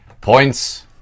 Points